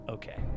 Okay